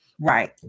Right